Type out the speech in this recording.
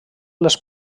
les